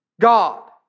God